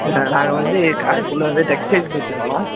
நாங்கள் வந்து காரைக்குடியில் வந்து டெக்ஸ்டைஸ் வச்சுருக்கோம்